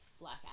black